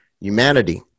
humanity